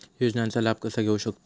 योजनांचा लाभ कसा घेऊ शकतू?